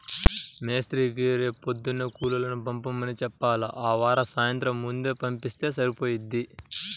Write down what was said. మేస్త్రీకి రేపొద్దున్నే కూలోళ్ళని పంపమని చెప్పాల, ఆవార సాయంత్రం ముందే పంపిత్తే సరిపోయిద్ది